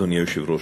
אדוני היושב-ראש,